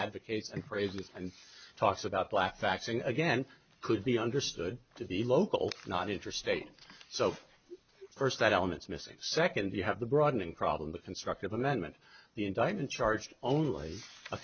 advocates and bravely and talks about black faxing again could be understood to be local not interstate so first that elements missing second you have the broadening problem the constructive amendment the indictment charged only a